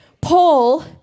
Paul